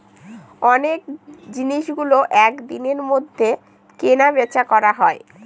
অনেক জিনিসগুলো এক দিনের মধ্যে কেনা বেচা করা হয়